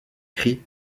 cri